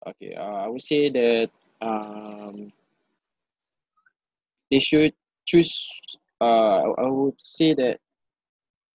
okay uh I would say that um they should choose uh uh I would say that